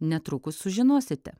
netrukus sužinosite